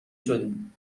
شدین